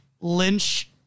Lynch